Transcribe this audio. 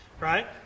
Right